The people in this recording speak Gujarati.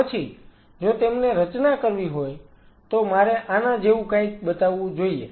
પછી જો તેમને રચના કરવી હોય તો મારે આના જેવું કંઈક બતાવવું જોઈએ